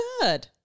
Good